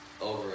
over